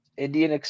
Indian